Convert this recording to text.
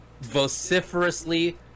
vociferously